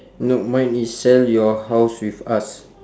nope mine is sell your house with us